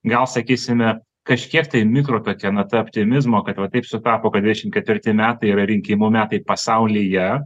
gal sakysime kažkiek tai mikro kad jie na tapti mizmo kad va taip sutapo kad dvidešimt ketvirti metai yra rinkimų metai pasaulyje